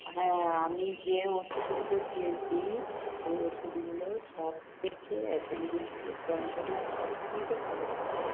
হ্যাঁ আমি যে ওষুধগুলো দিয়েছি ওই ওষুধগুলো সব থেকে অ্যাপেনডিক্সের যন্ত্রণার সব থেকে ভালো ওষুধ